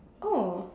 oh